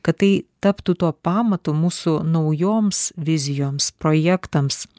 kad tai taptų tuo pamatu mūsų naujoms vizijoms projektams